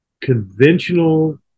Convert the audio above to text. conventional